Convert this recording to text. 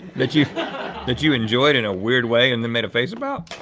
that you that you enjoyed in a weird way and then made a face about?